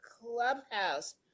Clubhouse